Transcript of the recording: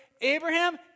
Abraham